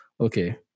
okay